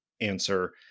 answer